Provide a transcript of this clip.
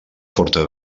forta